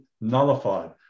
nullified